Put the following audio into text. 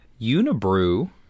Unibrew